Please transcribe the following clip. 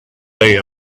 day